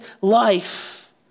life